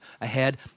ahead